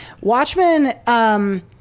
Watchmen